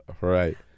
Right